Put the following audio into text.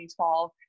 2012